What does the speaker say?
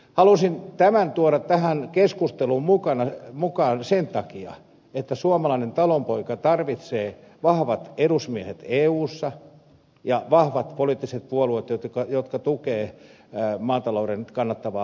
halusin tämän tuoda tähän keskusteluun mukaan sen takia että suomalainen talonpoika tarvitsee vahvat edusmiehet eussa ja vahvat poliittiset puolueet jotka tukevat maatalouden kannattavaa